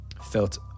felt